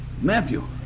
Matthew